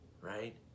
right